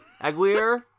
aguirre